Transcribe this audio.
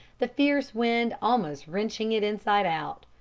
the fierce wind almost wrenching it inside out.